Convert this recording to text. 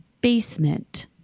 Basement